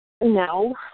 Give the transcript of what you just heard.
No